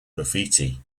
graffiti